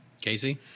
Casey